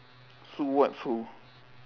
sue what sue